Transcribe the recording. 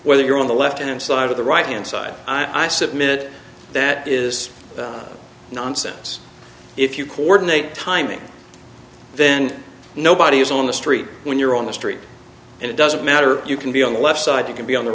whether you're on the left hand side of the right hand side i submit that is nonsense if you coordinate timing then nobody is on the street when you're on the street and it doesn't matter you can be on the left side you can be on the